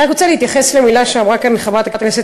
אני רק רוצה להתייחס למילה שאמרה כאן חברת הכנסת